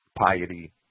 Piety